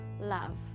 love